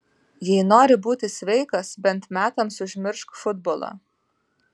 jei nori būti sveikas bent metams užmiršk futbolą